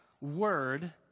word